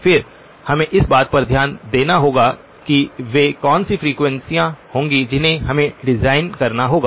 फिर हमें इस बात पर ध्यान देना होगा कि वे कौन सी फ्रीक्वेंसीयाँ होंगी जिन्हें हमें डिज़ाइन करना होगा